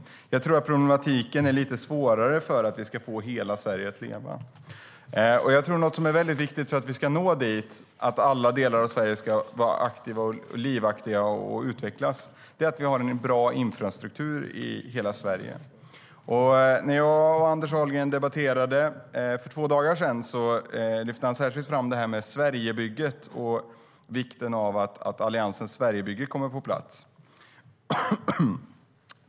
Jag tror att problematiken är lite svårare när det gäller att få hela Sverige att leva. Något som är viktigt för att vi ska uppnå att alla delar av Sverige ska vara livaktiga och utvecklas är att vi har en bra infrastruktur i hela landet. När Anders Ahlgren och jag debatterade för två dagar sedan lyfte han särskilt fram vikten av att Alliansens Sverigebygge kommer på plats.